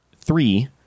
Three